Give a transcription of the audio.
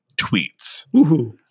tweets